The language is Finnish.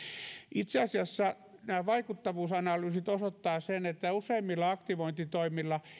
itse asiassa nämä vaikuttavuusanalyysit osoittavat sen että useimmilla aktivointitoimilla